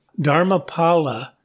Dharmapala